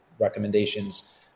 recommendations